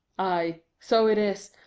ay! so it is,